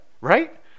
Right